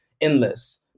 endless